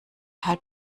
halb